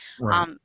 Right